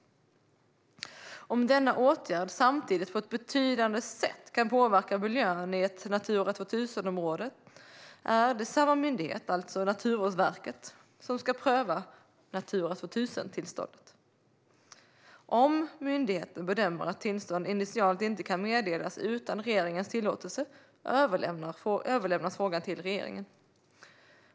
Om denna åtgärd samtidigt på ett betydande sätt kan påverka miljön i ett Natura 2000-område, är det samma myndighet, alltså Naturvårdsverket, som ska pröva Natura 2000-tillståndet. Om myndigheten bedömer att tillstånd initialt inte kan meddelas utan regeringens tillåtelse överlämnas frågan till regeringen.